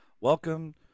welcome